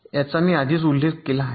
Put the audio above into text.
याचा मी आधीच उल्लेख केला आहे